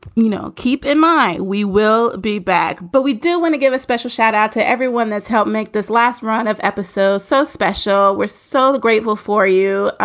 you know, keep in mind we will be back. but we do want to give a special shout out to everyone that's helped make this last run of episodes so special. we're so grateful for you.